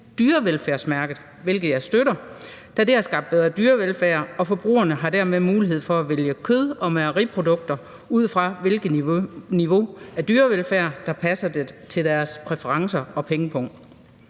dyrevelfærdsmærke, hvilket jeg støtter, da det har skabt bedre dyrevelfærd og forbrugerne dermed har mulighed for at vælge kød og mejeriprodukter, ud fra hvilket niveau af dyrevelfærd der passer til deres præferencer og pengepung.